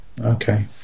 okay